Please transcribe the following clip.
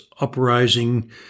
uprising